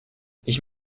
ich